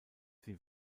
sie